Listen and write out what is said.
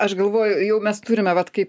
aš galvoju jau mes turime vat kaip